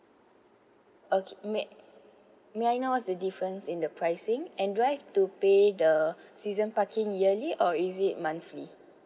okay may may I know what's the difference in the pricing and do I have to pay the season parking yearly or is it monthly